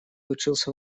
учился